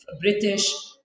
British